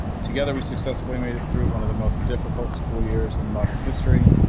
together, we successfully made it through one of the most difficult school years in modern history.